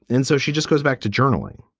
and so she just goes back to journaling.